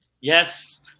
Yes